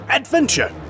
adventure